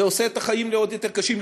זה עושה את החיים לעוד יותר קשים.